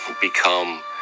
become